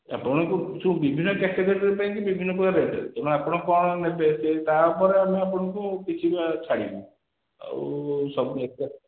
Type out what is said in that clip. ଆପଣଙ୍କୁ ଯେଉଁ ବିଭିନ୍ନ କାଟାଗୋରୀ ପାଇଁ ବିଭିନ୍ନ ପ୍ରକାର ରେଟ୍ ଅଛି ତେଣୁ ଆପଣ କ'ଣ ନେବେ ସେ ତା'ପରେ ଆମେ ଆପଣଙ୍କୁ କିଛିଟା ଛାଡ଼ିବି ଆଉ ସବୁ ଏତେ